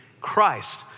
Christ